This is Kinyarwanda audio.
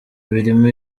birimo